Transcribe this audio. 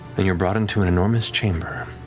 and you're brought into an enormous chamber,